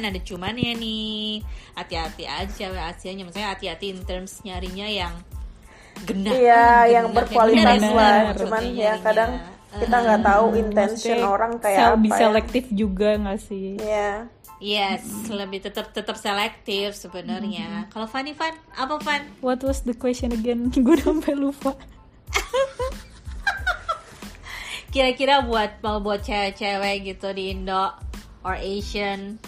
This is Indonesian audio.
Ada cuman ya nih, hati-hati aja sama Asiannya. Maksudnya hati-hati in terms nyarinya yang genah, Iya, oh, yang bener-bener kayak gini berkualitas ada lah. cuman maksudnya Cuman ya, nyarinya. kadang kita Heeh. nggak tahu Mm, intention maksudnya orang kayak sel- apa ya. lebih selektif juga nggak sih? Iya. Yes, Mm. lebih tetep- tetep selektif sebenarnya. Mm. Kalau Fani, Fan, apa Fan? What was the question again? Gua sampai lupa. Kira-kira buat- mau buat cewek-cewek gitu di Indo or Asian,